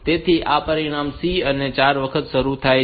તેથી આ પરિભ્રમણમાં C એ 4 વખત શરૂ થાય છે